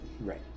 right